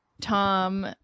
tom